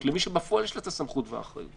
למי שבפועל יש לו את הסמכות והאחריות.